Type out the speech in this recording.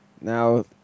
Now